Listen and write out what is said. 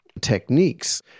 techniques